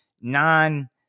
non